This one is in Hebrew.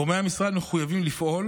גורמי המשרד מחויבים לפעול